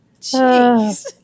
jeez